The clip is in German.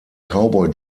cowboy